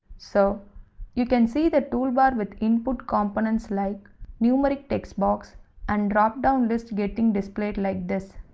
so you can see the toolbar with input components like numeric text box and dropdown list getting displayed like this.